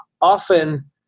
often